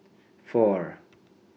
four